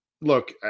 look